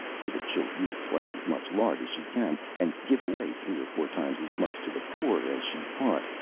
so that she'll use twice as much lard as she can, and give away three or four times as much to the poor as she ought,